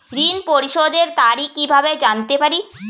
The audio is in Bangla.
ঋণ পরিশোধের তারিখ কিভাবে জানতে পারি?